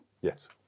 Yes